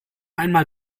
einmal